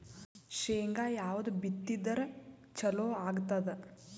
ಶೇಂಗಾ ಯಾವದ್ ಬಿತ್ತಿದರ ಚಲೋ ಆಗತದ?